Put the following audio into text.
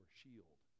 shield